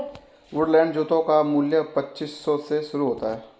Woodland जूतों का मूल्य पच्चीस सौ से शुरू होता है